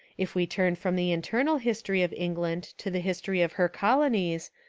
if we turn from the internal history of england to the history of her colonies,